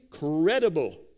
incredible